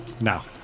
Now